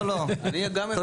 לא, לא, תודה.